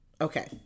okay